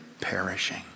perishing